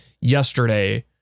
yesterday